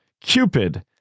Cupid